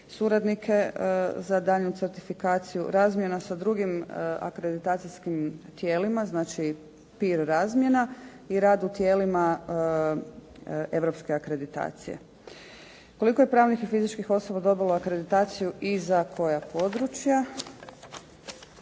suradnike za daljnju certifikaciju, razmjena sa drugim akreditacijskim tijelima. Znači pir razmjena i rad u tijelima Europske akreditacije. Koliko je pravnih i fizičkih osoba dobilo akreditaciju i za koja područja.